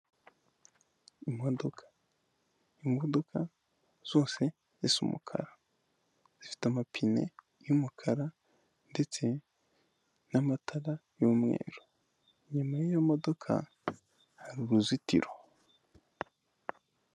Imodoka, imodoka zose zisa umukara, zifite amapine y'umukara ndetse n'amatara y'umweru, inyuma y'iyo modoka hari uruzitiro.